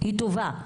היא תובא,